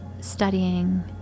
studying